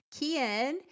Kian